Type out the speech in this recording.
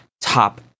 top